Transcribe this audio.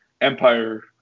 Empire